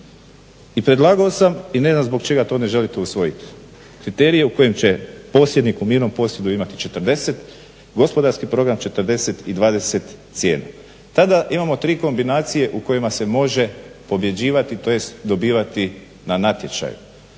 I predlagao sam i ne znam zbog čega to ne želite usvojiti kriterije u kojem će posjednik u mirnom posjedu imati 40 gospodarski program 40 i 20 cijena. Tada imamo tri kombinacije u kojima se može pobjeđivati tj. dobivati na natječaju.